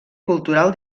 cultural